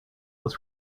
was